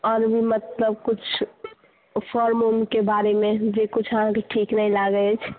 आओर भी मतलब किछु फॉर्म ओमके बारेमे जे किछु अहाँके ठीक नहि लागैत अछि